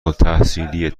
التحصیلی